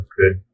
good